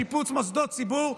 שיפוץ מוסדות ציבור,